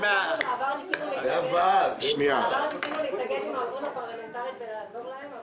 בעבר ניסינו להתאגד עם העוזרים הפרלמנטריים ולעזור להם,